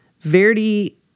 Verdi